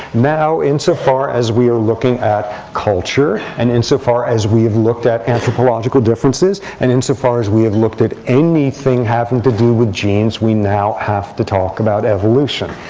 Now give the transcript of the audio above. now, insofar as we are looking at culture, and insofar as we have looked at anthropological differences, and insofar as we have looked at anything having to do with genes, we now have to talk about evolution,